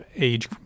age